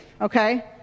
Okay